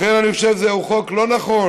לכן אני חושב שזה חוק לא נכון.